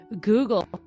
google